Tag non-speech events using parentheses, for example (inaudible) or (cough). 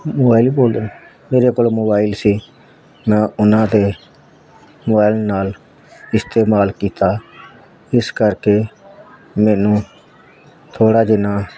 mobile (unintelligible) ਮੇਰੇ ਕੋਲ mobile ਸੀ ਨਾ ਉਹਨਾਂ ਤਾਂ ਮੋਬਾਇਲ ਨਾਲ ਇਸਤੇਮਾਲ ਕੀਤਾ ਇਸ ਕਰਕੇ ਮੈਨੂੰ ਥੋੜ੍ਹਾ ਜਿੰਨਾ